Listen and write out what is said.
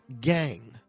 gang